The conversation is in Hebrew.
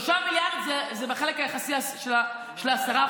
3 מיליארד זה בחלק היחסי של ה-10%.